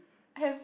have